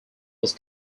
was